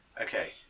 okay